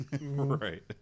Right